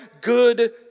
good